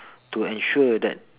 to ensure that